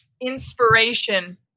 inspiration